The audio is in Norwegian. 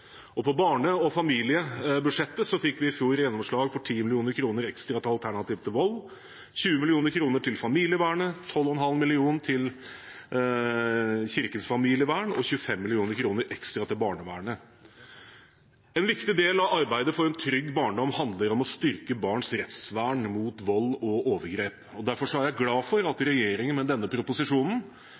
På barne- og familiebudsjettet fikk vi stort gjennomslag:10 mill. kr ekstra til Alternativ til Vold, 20 mill. kr til familievernet, 12,5 mill. kr til Kirkens familievern og 25 mill. kr ekstra til barnevernet. En viktig del av arbeidet for en trygg barndom handler om å styrke barns rettsvern mot vold og overgrep, derfor er jeg glad for at regjeringen med denne proposisjonen